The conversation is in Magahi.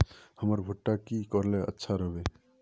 हमर भुट्टा की करले अच्छा राब?